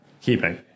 keeping